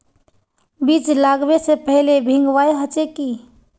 बीज लागबे से पहले भींगावे होचे की?